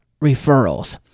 referrals